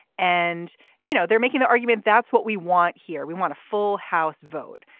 and you know they're making the argument. that's what we want here. we want a full house vote.